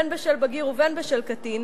בין בשל בגיר ובין בשל קטין,